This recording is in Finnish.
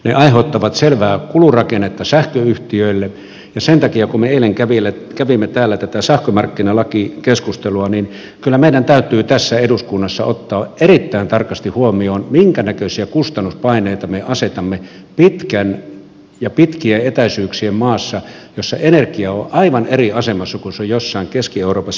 ne aiheuttavat selvää kulurakennetta sähköyhtiöille ja sen takia kun me eilen kävimme täällä tätä sähkömarkkinalakikeskustelua meidän täytyy kyllä tässä eduskunnassa ottaa erittäin tarkasti huomioon minkänäköisiä kustannuspaineita me asetamme pitkien etäisyyksien maassa jossa energia on aivan eri asemassa kuin se on jossain keski euroopassa